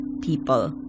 people